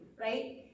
right